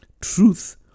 Truth